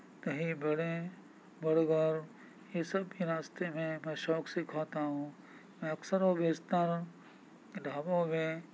دہی بڑیے بڑگر یہ سب بھی راستے میں بڑے شوق سے کھاتا ہوں میں اکثروبیشتر ڈھابوں میں